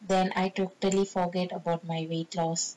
then I totally forget about my weight loss